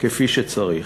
כפי שצריך.